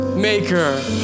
Maker